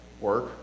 work